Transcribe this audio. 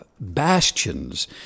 bastions